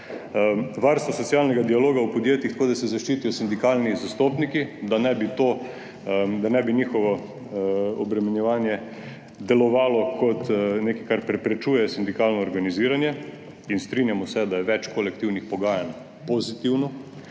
Varstvo socialnega dialoga v podjetjih tako, da se zaščitijo sindikalni zastopniki, da ne bi njihovo obremenjevanje delovalo kot nekaj, kar preprečuje sindikalno organiziranje, in strinjamo se, da je več kolektivnih pogajanj pozitivno.